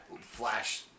flash